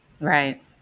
Right